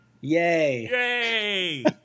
yay